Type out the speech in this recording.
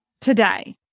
today